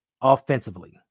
offensively